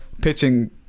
pitching